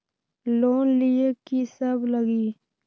Loan लिए की सब लगी?